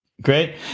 Great